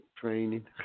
training